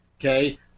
okay